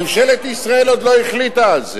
ממשלת ישראל עוד לא החליטה על זה.